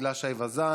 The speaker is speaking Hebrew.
הילה שי וזאן.